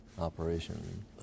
operation